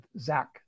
Zach